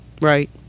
right